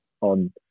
on